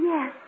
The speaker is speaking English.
Yes